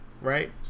Right